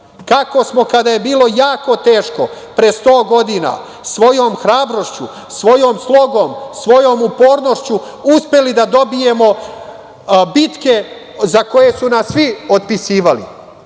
kako smo kada je bilo jako teško, pre 100 godina, svojom hrabrošću, svojom slogom, svojom upornošću uspeli da dobijemo bitke za koje su nas svi otpisivali. Mi